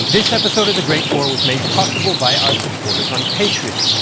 this episode of the great war was made possible by our supporters on patreon.